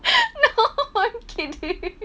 no I'm kidding